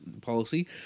policy